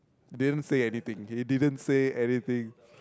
he didn't say anything he didn't say anything